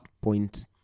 point